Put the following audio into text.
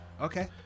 Okay